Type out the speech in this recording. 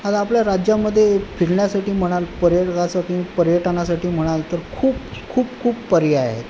आता आपल्या राज्यामध्ये फिरण्यासाठी म्हणाल पर्यटकासाठी पर्यटनासाठी म्हणाल तर खूप खूप खूप पर्याय आहेत